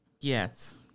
Yes